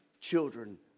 children